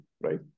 right